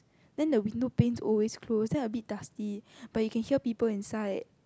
then the window panes always close then a bit dusty but you can hear people inside